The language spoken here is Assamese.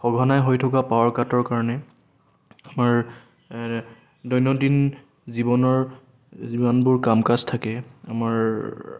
সঘনাই হৈ থকা পাৱাৰ কাটৰ কাৰণে আমাৰ দৈনন্দিন জীৱনৰ যিমানবোৰ কাম কাজ থাকে আমাৰ